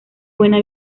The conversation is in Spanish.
buena